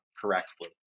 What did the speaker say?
correctly